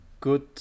good